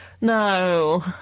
no